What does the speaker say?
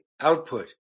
output